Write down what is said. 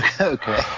Okay